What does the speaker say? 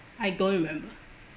I don't remember